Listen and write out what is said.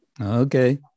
Okay